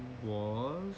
我